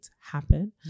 Happen